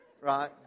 right